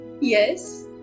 Yes